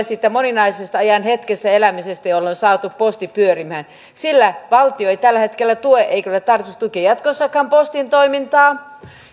siitä moninaisesta ajan hetkessä elämisestä jolla on saatu posti pyörimään sillä valtio ei tällä hetkellä tue eikä sen ole tarkoitus tukea jatkossakaan postin toimintaa